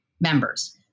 members